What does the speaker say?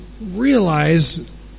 realize